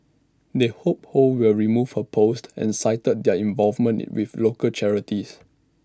they hope ho will remove her post and cited their involvement with local charities